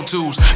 Tools